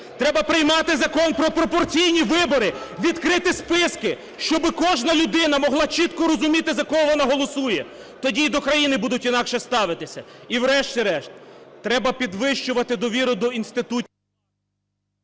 Треба приймати закон про пропорційні вибори, відкриті списки, щоби кожна людина могла чітко розуміти, за кого вона голосує, тоді і до країни будуть інакше ставитися. І, врешті-решт, треба підвищувати довіру до інститутів...